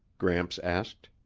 gramps asked.